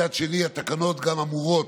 מצד שני, התקנות גם אמורות